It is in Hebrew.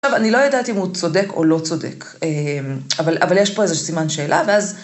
טוב, אני לא יודעת אם הוא צודק או לא צודק. אבל אבל יש פה איזה סימן שאלה, ואז...